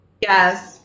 Yes